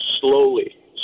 Slowly